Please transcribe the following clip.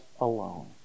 alone